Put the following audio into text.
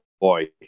boy